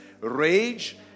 rage